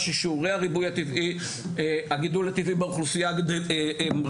ששיעורי הגידול הטבעי בה הם גדולים